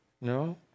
No